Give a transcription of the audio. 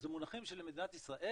אז במונחים של מדינת ישראל